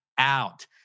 out